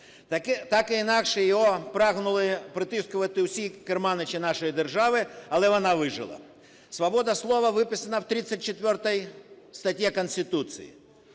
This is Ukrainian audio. Так чи інакше її прагнули притискувати всі керманичі нашої держави, але вона вижила. Свобода слова виписана в 34 статті Конституції,